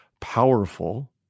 powerful